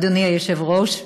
אדוני היושב-ראש,